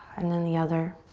and then the other.